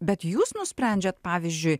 bet jūs nusprendžiat pavyzdžiui